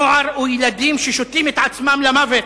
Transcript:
נוער וילדים ששותים את עצמם למוות,